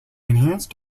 enhanced